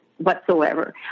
Whatsoever